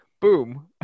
boom